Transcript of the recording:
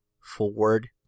forward